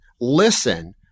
listen